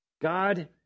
God